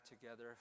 together